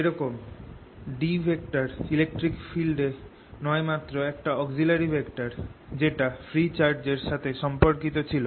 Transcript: যেরকম D electric field নয় মাত্র একটা অক্সিলারি ভেক্টর যেটা ফ্রী চার্জ এর সাথে সম্পর্কিত ছিল